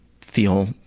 feel